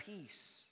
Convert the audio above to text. peace